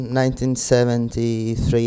1973